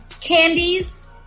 candies